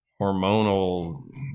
hormonal